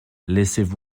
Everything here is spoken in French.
laissaient